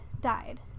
died